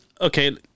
okay